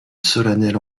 solennelle